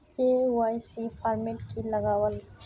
KYC format की लगावल?